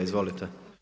Izvolite.